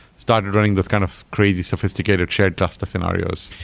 started running this kind of crazy sophisticated shared cluster scenarios.